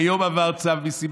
היום עבר צו מיסים.